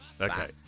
okay